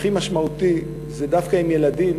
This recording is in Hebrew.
הכי משמעותי זה דווקא עם ילדים